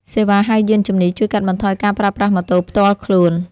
សេវាហៅយានជំនិះ ជួយកាត់បន្ថយការប្រើប្រាស់ម៉ូតូផ្ទាល់ខ្លួន។